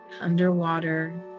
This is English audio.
underwater